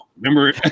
Remember